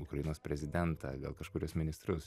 ukrainos prezidentą gal kažkuriuos ministrus